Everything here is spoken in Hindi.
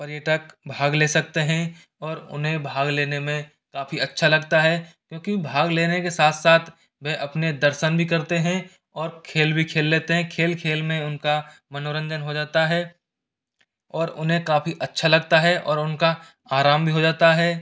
पर्यटक भाग ले सकते हैं और उन्हें भाग लेने में काफ़ी अच्छा लगता है क्योंकि भाग लेने के साथ साथ वह अपने दर्शन भी करते हैं और खेल भी खेल लेते हैं खेल खेल में उनका मनोरंजन हो जाता है और उन्हें काफ़ी अच्छा लगता है और उनका आराम भी हो जाता है